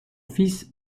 fils